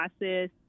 process